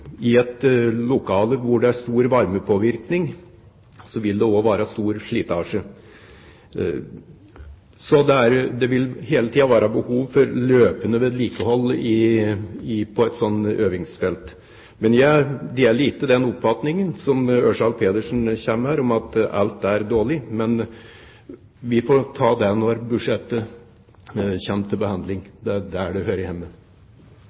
stor varmepåvirkning, vil være stor slitasje. Det vil hele tiden være behov for løpende vedlikehold på et sånt øvingsfelt. Men jeg deler ikke oppfatningen til Ørsal Johansen her om at alt er dårlig, men vi får ta det når budsjettet kommer til behandling. Det er der det hører hjemme.